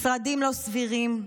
משרדים לא סבירים,